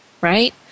right